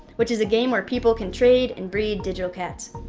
which is a game where people can trade and breed digital cats,